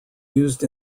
used